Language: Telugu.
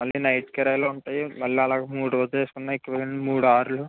మళ్ళీ నైట్ కిరాయిలుంటాయి మళ్ళీ అలాగే మూడు రోజులు వేసుకున్నఎక్కువేనండి మూడు ఆర్లు